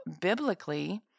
biblically